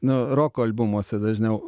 nu roko albumuose dažniau